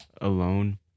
alone